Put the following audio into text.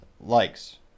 likes